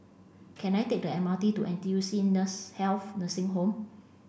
can I take the M R T to N T U C in the Health Nursing Home